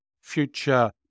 future